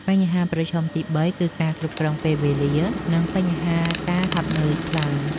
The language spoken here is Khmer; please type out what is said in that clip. បញ្ហាប្រឈមទី៣ គឺការគ្រប់គ្រងពេលវេលា និងបញ្ហាការហត់នឿយខ្លាំង។